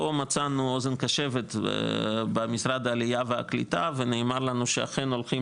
מצאנו אוזן קשבת במשרד העלייה והקליטה ונאמר לנו שאכן הולכים